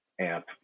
amp